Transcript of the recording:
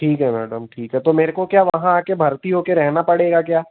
ठीक है मैडम ठीक है तो मेरे को क्या वहाँ आकर भर्ती होकर रहना पड़ेगा क्या